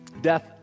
death